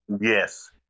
Yes